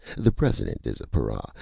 the president is a para,